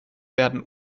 werden